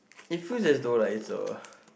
it fuse it's door like is a